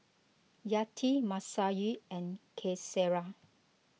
Yati Masayu and Qaisara